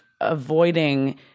avoiding